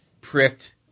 pricked